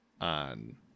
on